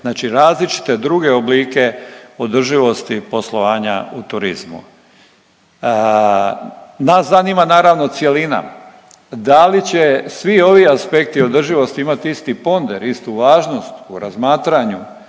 znači različite druge oblike održivosti poslovanja u turizmu. Nas zanima naravno cjelina, da li će svi ovi aspekti održivosti isti ponder istu važnost u razmatranju